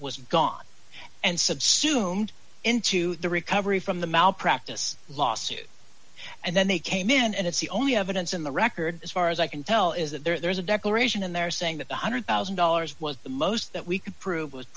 was gone and subsumed into the recovery from the malpractise lawsuit and then they came in and it's the only evidence in the record as far as i can tell is that there is a declaration and they're saying that one hundred thousand dollars was the most that we could prove was